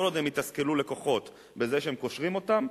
כל עוד הם יתסכלו לקוחות בזה שהם קושרים אותם,